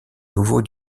nouveau